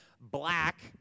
black